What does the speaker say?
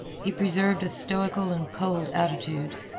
he preserved a stoical and cold attitude.